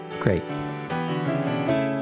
Great